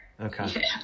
Okay